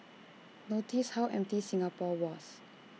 notice how empty Singapore was